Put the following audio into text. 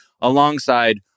alongside